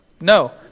No